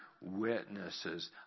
witnesses